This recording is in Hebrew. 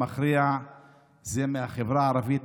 הרוב המכריע זה בעיקר מהחברה הערבית,